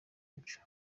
muco